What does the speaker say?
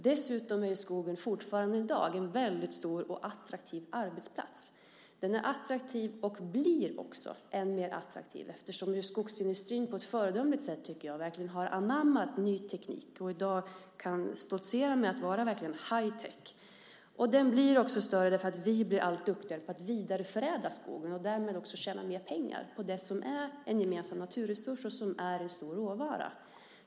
Dessutom är skogen fortfarande i dag en stor och attraktiv arbetsplats. Den är attraktiv, och blir också ännu mer attraktiv eftersom skogsindustrin på ett föredömligt sätt verkligen har anammat ny teknik och i dag kan stoltsera med att vara hightech. Industrin blir också större därför att vi blir allt duktigare på att vidareförädla skogen och därmed också tjäna mer pengar på det som är en gemensam naturresurs och en stor råvara.